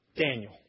Daniel